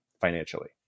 financially